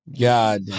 God